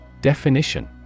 Definition